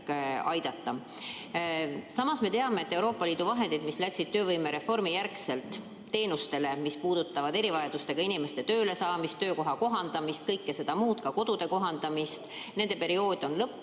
aidata. Samas me teame, et Euroopa Liidu vahendite periood – need vahendid läksid töövõimereformi järel teenustele, mis puudutavad erivajadustega inimeste töölesaamist, töökoha kohandamist, kõike seda muud, ka kodude kohandamist – on lõppemas